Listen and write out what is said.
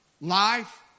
life